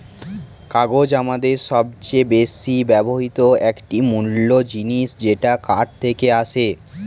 কাগজ আমাদের সবচেয়ে বেশি ব্যবহৃত একটি মূল জিনিস যেটা কাঠ থেকে আসে